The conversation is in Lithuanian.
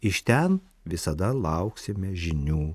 iš ten visada lauksime žinių